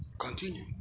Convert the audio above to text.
Continue